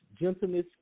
gentleness